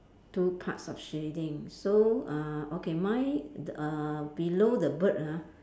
two parts of shading so uh okay mine ‎d~ uh below the bird ah